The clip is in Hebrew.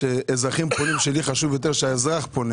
שאזרחים פונים וחשוב לי שהאזרחים פונים